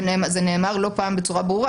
וזה נאמר לא פעם בצורה ברורה,